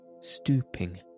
stooping